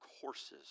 courses